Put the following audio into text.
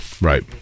Right